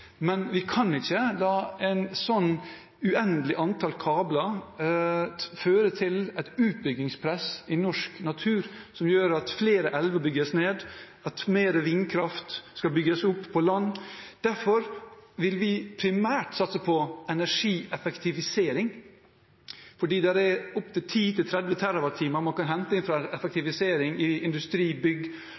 Men vi kan ikke la et slikt uendelig antall kabler føre til et utbyggingspress i norsk natur som gjør at flere elver bygges ned og mer vindkraft bygges opp på land. Derfor vil vi primært satse på energieffektivisering, for man kan hente opptil 10–30 TWh på effektivisering i industri og i bygg. Man kan også hente